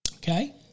Okay